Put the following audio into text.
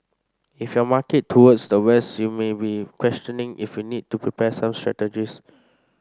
if your market towards the west you may be questioning if you need to prepare some strategies